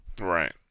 Right